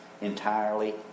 entirely